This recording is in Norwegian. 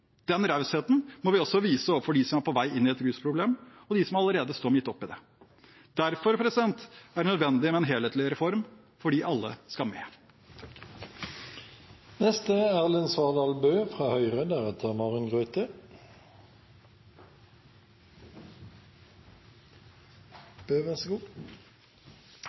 Den rausheten må vi også vise overfor dem som er på vei inn i et rusproblem og dem som allerede står midt oppe i det. Derfor er det nødvendig med en helhetlig reform, fordi alle skal med.